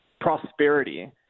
prosperity